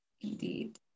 Indeed